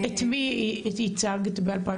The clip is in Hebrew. את מי ייצגת ב-2018?